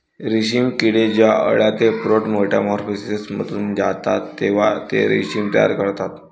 रेशीम किडे जेव्हा अळ्या ते प्रौढ मेटामॉर्फोसिसमधून जातात तेव्हा ते रेशीम तयार करतात